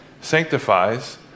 sanctifies